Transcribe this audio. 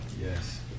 yes